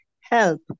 help